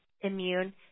immune